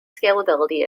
scalability